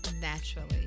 naturally